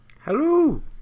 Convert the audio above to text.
Hello